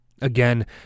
Again